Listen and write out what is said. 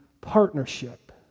partnership